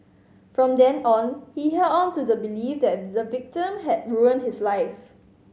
from then on he held on to the belief that the victim had ruined his life